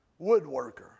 woodworker